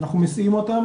אנחנו מסיעים אותם